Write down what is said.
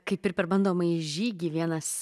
kaip ir per bandomąjį žygį vienas